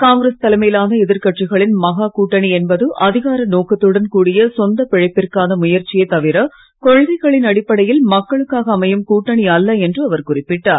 காங்கிரஸ் தலைமையிலான எதிர்க்கட்சிகளின் மகா கூட்டணியென்பது அதிகார நோக்கத்துடன் கூடிய சொந்தப் பிழைப்பிற்கான முயற்சியே தவிர கொள்கைகளின் அடிப்படையில் மக்களுக்காக அமையும் கூட்டணி அல்ல என்று அவர் குறிப்பிட்டார்